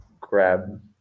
grab